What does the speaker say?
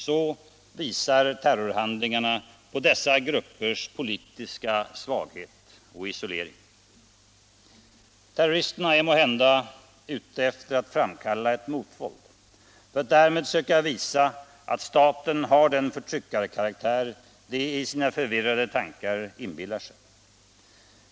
Så visar terrorhandlingarna på dessa gruppers politiska svaghet och isolering. Terroristerna är måhända ute efter att framkalla ett motvåld för att därigenom försöka visa att staten har den förtryckarkaraktär de i sina förvirrade tankar inbillar sig.